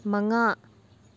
ꯃꯉꯥ